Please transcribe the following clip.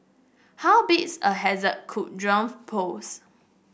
how big is a hazard could drones pose